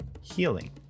healing